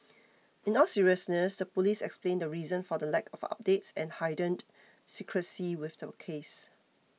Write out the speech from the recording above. in all seriousness the police explained the reason for the lack of updates and heightened secrecy with the case